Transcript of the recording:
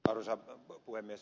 arvoisa puhemies